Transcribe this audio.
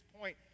point